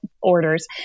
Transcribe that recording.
orders